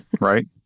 Right